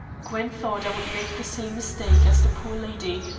gwen thought i would make the same mistake as the poor lady,